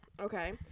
Okay